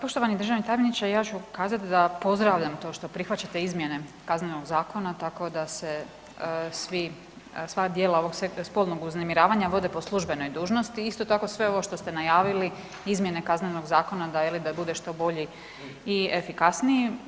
Poštovani državni tajniče, ja ću kazat da pozdravljam to što prihvaćate izmjene Kaznenog zakona, tako da se svi, sva djela ovog spolnog uznemiravanja vode po službenoj dužnosti, isto tako sve ovo što ste najavili, izmjene Kaznenog zakona da je li da bude što bolji i efikasniji.